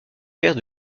paire